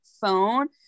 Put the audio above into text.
phone